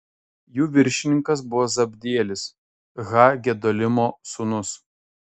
jų viršininkas buvo zabdielis ha gedolimo sūnus